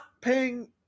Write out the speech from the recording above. paying